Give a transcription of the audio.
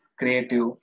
creative